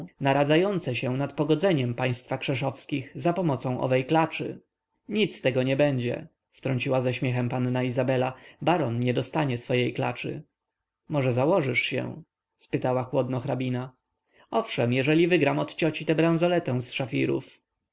naradzające się nad pogodzeniem państwa krzeszowskich za pomocą owej klaczy nic z tego nie będzie wtrąciła ze śmiechem panna izabela baron nie dostanie swojej klaczy może założysz się spytała chłodno hrabina owszem jeżeli wygram od cioci tę bransoletę z szafirów